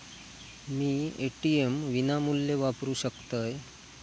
मी ATM विनामूल्य वापरू शकतय?